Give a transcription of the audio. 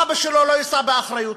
אבא שלו לא יישא באחריות.